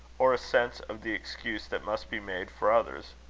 or a sense of the excuse that must be made for others.